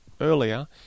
earlier